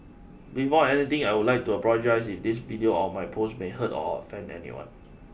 before anything I would like to apologise if this video or my post may hurt or offend anyone